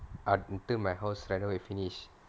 until my house renovate finish